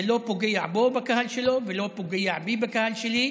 זה לא פוגע בו בקהל שלו ולא פוגע בי בקהל שלי.